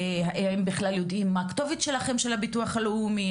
האם בכלל יודעים מה הכתובת שלכם של הביטוח הלאומי,